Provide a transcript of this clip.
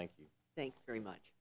thank you thank you very much